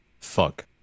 Fuck